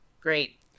great